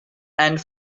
and